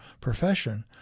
profession